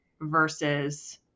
versus